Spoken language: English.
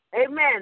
Amen